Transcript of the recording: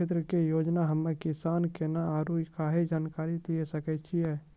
समाजिक क्षेत्र के योजना हम्मे किसान केना आरू कहाँ जानकारी लिये सकय छियै?